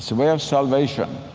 so way of salvation.